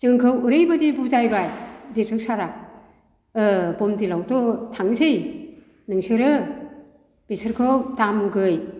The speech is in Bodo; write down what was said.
जोंखौ ओरैबायदि बुजायबाय जेथुं सारआ बमदिलआवथ थांनोसै नोंसोरो बिसोरखौ दामुगै